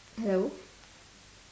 hello